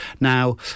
Now